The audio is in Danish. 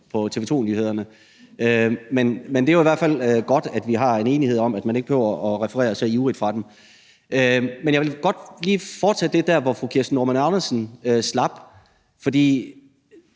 på TV 2-nyhederne. Men det er jo i hvert fald godt, at vi har en enighed om, at man ikke behøver at referere så ivrigt fra dem. Men jeg vil godt lige fortsætte lidt der, hvor fru Kirsten Normann Andersen slap, for